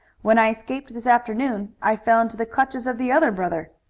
when i escaped this afternoon i fell into the clutches of the other brother.